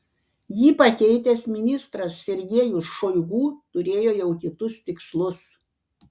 jį pakeitęs ministras sergejus šoigu turėjo jau kitus tikslus